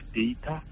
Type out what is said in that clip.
data